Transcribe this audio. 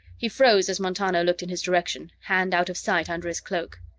he froze as montano looked in his direction, hand out of sight under his cloak.